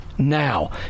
now